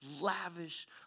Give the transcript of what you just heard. lavish